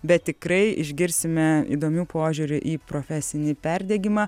bet tikrai išgirsime įdomių požiūrių į profesinį perdegimą